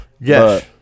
Yes